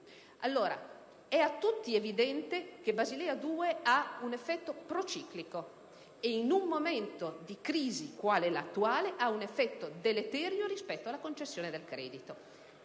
2. È a tutti evidente che Basilea 2 ha un effetto prociclico; ciò, in un momento di crisi qual è l'attuale, ha un effetto deleterio rispetto alla concessione del credito.